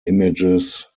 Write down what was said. images